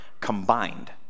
combined